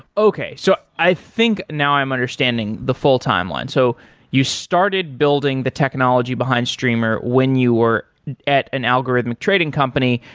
okay. so i think now i'm understanding the full timeline. so you started building the technology behind streamr when you were at an algorithmic trading company,